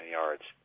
yards